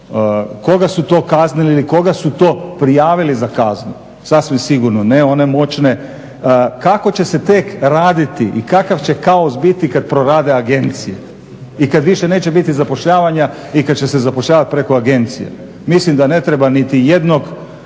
koga su to kaznili ili koga su to prijavili za kaznu. Sasvim sigurno ne one moćne. Kako će se tek raditi i kakav će kaos biti kad prorade agencije i kad više neće biti zapošljavanja i kad će se zapošljavati preko agencije. Mislim da ne treba niti jednog